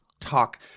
talk